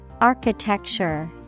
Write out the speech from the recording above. Architecture